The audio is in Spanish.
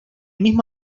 mismo